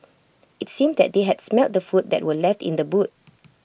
IT seemed that they had smelt the food that were left in the boot